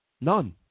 none